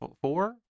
four